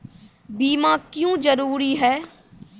बीमा क्यों जरूरी हैं?